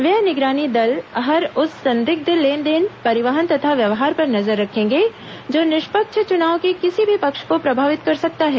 व्यय निगरानी दल हर उस संदिग्ध लेनदेन परिवहन तथा व्यवहार पर नजर रखेंगे जो निष्पक्ष चुनाव के किसी भी पक्ष को प्रभावित कर सकता है